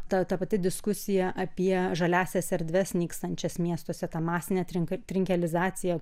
ta ta pati diskusija apie žaliąsias erdves nykstančias miestuose ta masinė atranka trinkelizacija